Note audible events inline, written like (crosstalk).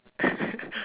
(laughs)